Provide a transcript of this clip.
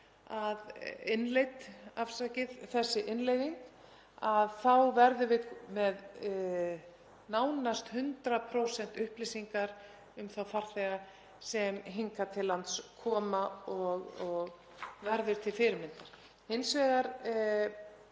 varðar. Þegar þessi innleiðing er komin þá verðum við með nánast 100% upplýsingar um þá farþega sem hingað til lands koma og verður til fyrirmyndar. Hins vegar